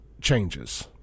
changes